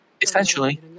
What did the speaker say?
essentially